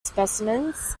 specimens